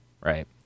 Right